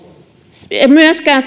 myöskään